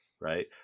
right